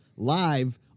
Live